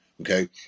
Okay